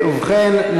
ובכן,